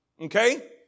Okay